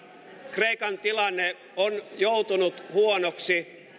kreikan tilanne on joutunut huonoksi